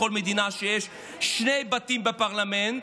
בכל מדינה שיש שני בתים בפרלמנט,